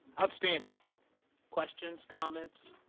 outstanding questions, comments?